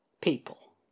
people